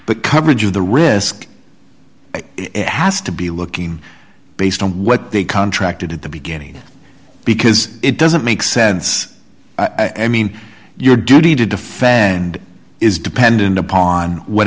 the coverage of the risk has to be looking based on what they contracted at the beginning because it doesn't make sense i mean your duty to defend and is dependent upon what